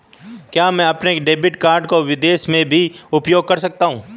क्या मैं अपने डेबिट कार्ड को विदेश में भी उपयोग कर सकता हूं?